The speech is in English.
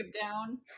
down